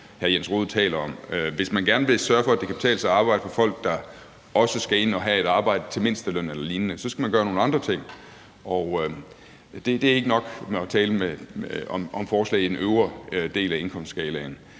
Hvis man gerne vil sørge for, at det også kan betale sig at arbejde for folk, der skal have et arbejde til mindsteløn eller lignende, så skal man gøre nogle andre ting. Det er ikke nok at tale om forslag, der vedrører den øvre del af indkomstskalaen.